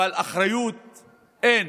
אבל אחריות אין.